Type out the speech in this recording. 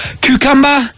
Cucumber